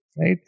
right